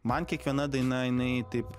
man kiekviena daina jinai taip